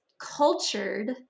cultured